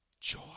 joy